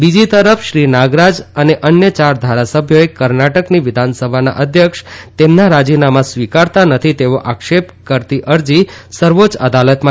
બીજી તરફ શ્રી નાગરાજ અને અન્ય યાર ધારાસભ્યોએ કર્ણાટકની વિધાનસભાના અધ્યક્ષ તેમના રાજીનામા સ્વીકારતા નથી તેવો આક્ષે કરતી અરજી સર્વોચ્ય અદાલતમાં કરી છે